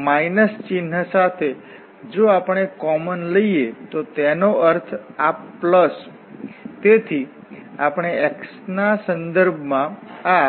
તેથી માઈનસ ચિન્હ સાથે જો આપણે કોમન લઈએ તો તેનો અર્થ આ પ્લસ આ તેથી આપણે x ના સંદર્ભ માં આ